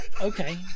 Okay